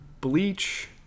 Bleach